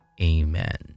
Amen